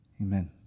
Amen